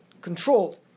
controlled